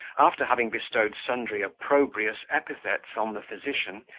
after having bestowed sundry opprobrious epithets on the physician,